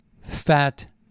fat